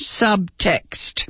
subtext